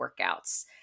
workouts